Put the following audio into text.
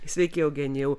sveiki eugenijau